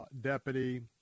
deputy